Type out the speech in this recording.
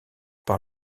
par